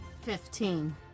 Fifteen